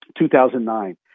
2009